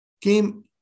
came